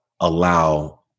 allow